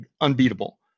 unbeatable